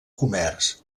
comerç